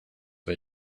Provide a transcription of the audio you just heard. way